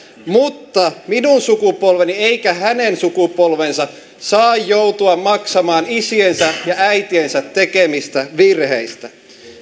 mutta ei minun sukupolveni eikä hänen sukupolvensa saa joutua maksamaan isiensä ja äitiensä tekemistä virheistä